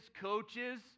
coaches